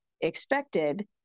expected